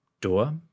door